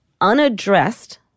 unaddressed